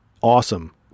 awesome